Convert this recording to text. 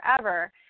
forever